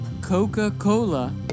Coca-Cola